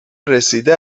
رسیده